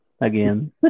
again